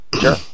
Sure